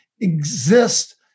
exist